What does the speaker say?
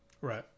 right